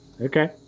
Okay